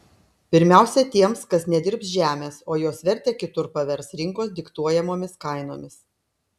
pirmiausia tiems kas nedirbs žemės o jos vertę kitur pavers rinkos diktuojamomis kainomis